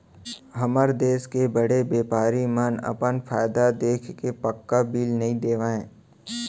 हमर देस के बड़े बैपारी मन अपन फायदा देखके पक्का बिल नइ देवय